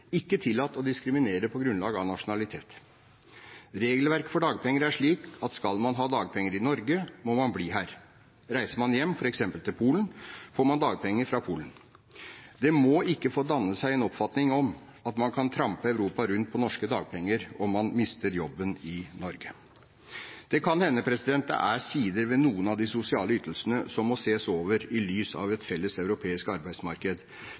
ikke tillatt å diskriminere på grunnlag av nasjonalitet. Regelverket for dagpenger er slik at skal man ha dagpenger i Norge, må man bli her. Reiser man hjem, f.eks. til Polen, får man dagpenger fra Polen. Det må ikke få danne seg en oppfatning om at man kan trampe Europa rundt på norske dagpenger, om man mister jobben i Norge. Det kan hende det er sider ved noen av de sosiale ytelsene som må ses på i lys av et felles europeisk arbeidsmarked,